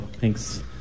thanks